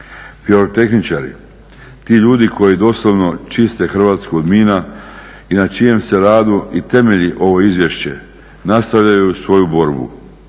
pirotehničari, ti ljudi koji doslovno čiste Hrvatsku od mina i na čijem se radu i temelji ovo izvješće nastavljaju svoju borbu.